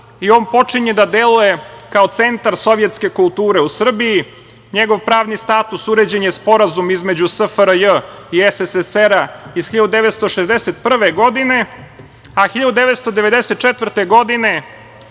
i on počinje da deluje, kao centar Sovjetske kulture, u Srbiji. Njegov pravni status uređen je sporazum između SFRJ i SSSR, iz 1961. godine, a 1994. godine